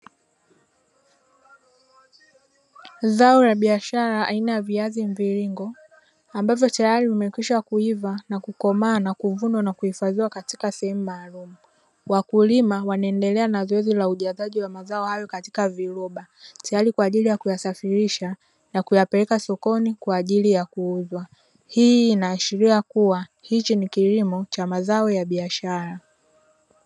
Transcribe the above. Zao la biashara aina ya viazi mviringo ambazo tayari zimekwisha kuiva na kukomaa na kuvunwa na kuhifadhiwa katika sehemu maalumu. Wakulima wanaendelea na zoezi la ujazaji wa mazao hayo katika viroba, tayari kwa ajili ya kuyasafirisha na kuyapeleka sokoni kwa ajili ya kuuzwa. Hii inaashiria kuwa hichi ni kilimo cha mazao ya biashara.